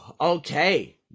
okay